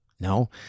No